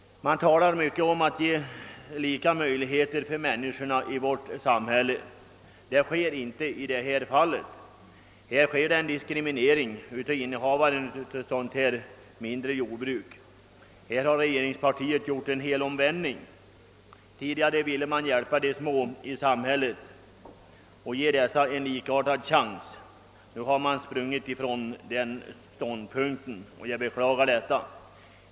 Man talar mycket om att ge människorna i vårt samhälle lika möjligheter. Så sker inte i detta fall; innehavaren av ett mindre jordbruk diskrimineras. Regeringspartiet har gjort en helomvändning. Tidigare ville man hjälpa de små i samhället och ge dem samma chans som alla andra. Nu har man sprungit ifrån den ståndpunkten, och jag beklagar detta.